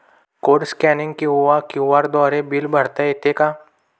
Code scanning किंवा QR द्वारे bill भरता येते का?